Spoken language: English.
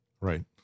Right